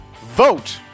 vote